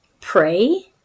Pray